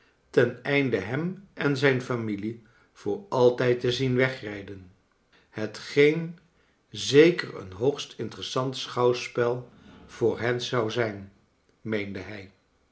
ten einde hem en zijn familie voor altijd te zien wegrijden hetgeen zeker een hoogst interessant schouwspel voor hen zou zou zijn meende hij